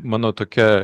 mano tokia